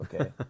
okay